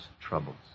troubles